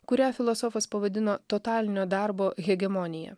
kurią filosofas pavadino totalinio darbo hegemonija